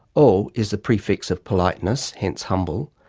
o is a prefix of politeness, hence humble,